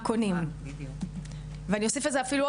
מה קונים ואני אוסיף על זה אפילו,